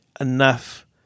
enough